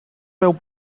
veu